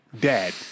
dad